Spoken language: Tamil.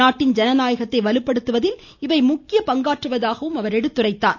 நாட்டில் ஜனநாயகத்தை வலுப்படுத்துவதில் இவை முக்கிய பங்காற்றுவதாகவும் அவர் எடுத்துரைத்தார்